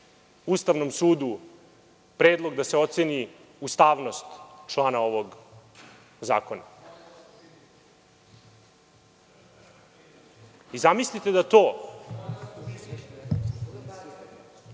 Ustavnom sudu predlog da se oceni ustavnost člana ovog zakona. Zamislite da to